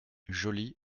joli